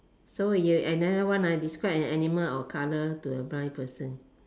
so you another one ah describe an animal or colour to a blind person